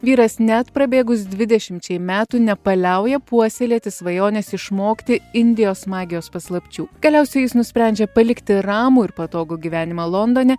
vyras net prabėgus dvidešimčiai metų nepaliauja puoselėti svajonės išmokti indijos magijos paslapčių galiausiai jis nusprendžia palikti ramų ir patogų gyvenimą londone